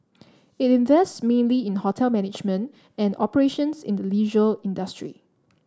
it invests mainly in hotel management and operations in the leisure industry